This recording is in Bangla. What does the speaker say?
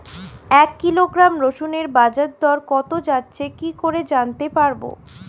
এক কিলোগ্রাম রসুনের বাজার দর কত যাচ্ছে কি করে জানতে পারবো?